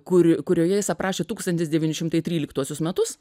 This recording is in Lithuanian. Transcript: kur kurioje jis aprašė tūkstantis devyni šimtai tryliktuosius metus